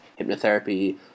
hypnotherapy